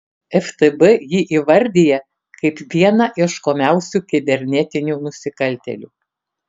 ftb jį įvardija kaip vieną ieškomiausių kibernetinių nusikaltėlių